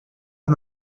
and